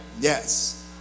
Yes